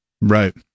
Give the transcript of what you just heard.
right